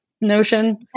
notion